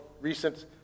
recent